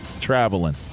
traveling